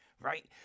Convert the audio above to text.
right